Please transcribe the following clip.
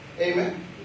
amen